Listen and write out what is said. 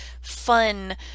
fun